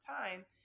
time